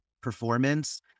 performance